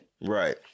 right